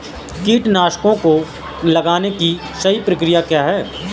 कीटनाशकों को लगाने की सही प्रक्रिया क्या है?